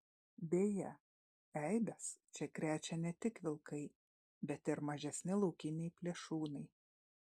beje eibes čia krečia ne tik vilkai bet ir mažesni laukiniai plėšrūnai